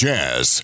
Jazz